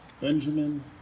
Benjamin